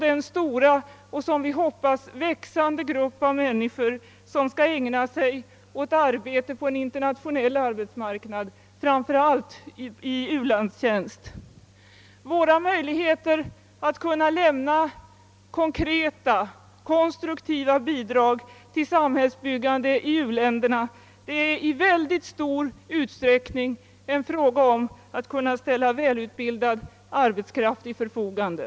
Den stora och som vi hoppas växande grupp av människor som skall ägna sig åt arbete på en internationell arbetsmarknad, framför allt i u-landstjänst. Våra möjligheter att lämna konkreta och konstruktiva bidrag till samhällsbyggande i u-länderna är i synnerligen stor utsträckning en fråga om att kunna ställa väl utbildad arbetskraft till förfogande.